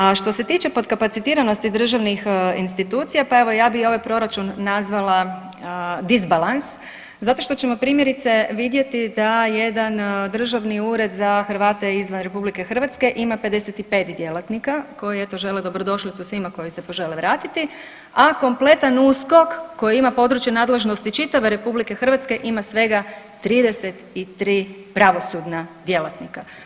A što se tiče potkapacitiranosti državnih institucija, pa evo ja bi ovaj proračun nazvala disbalans zato što ćemo primjerice vidjeti da jedan državni ured za Hrvate izvan RH ima 55 djelatnika, koji eto žele dobrodošlicu svima koji se požele vratiti, a kompletan USKOK koji ima područje nadležnosti čitave RH ima svega 33 pravosudna djelatnika.